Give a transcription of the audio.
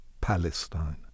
Palestine